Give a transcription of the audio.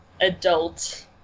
adult